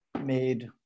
made